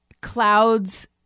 clouds